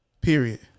Period